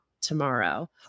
tomorrow